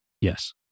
Yes